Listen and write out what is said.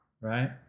right